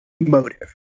motive